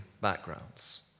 backgrounds